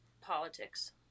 politics